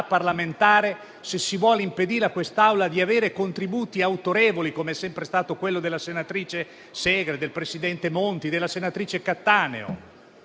parlamentare se si vuole impedire a quest'Aula di avere contributi autorevoli, come sono sempre stati quelli della senatrice Segre, del presidente Monti e della senatrice Cattaneo?